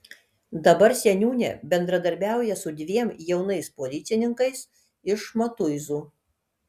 dabar seniūnė bendradarbiauja su dviem jaunais policininkais iš matuizų